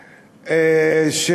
במליאה,